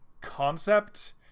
concept